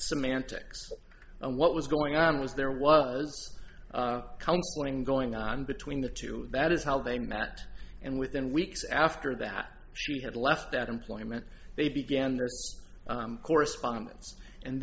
semantics and what was going on was there was going going on between the two that is how they met and within weeks after that she had left that employment they began their correspondence and